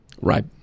Right